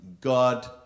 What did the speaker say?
God